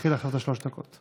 נתחיל עכשיו את שלוש הדקות.